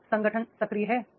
क्या संगठन सक्रिय है